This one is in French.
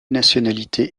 nationalité